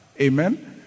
Amen